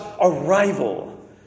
arrival